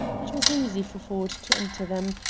it was easy for ford to enter them,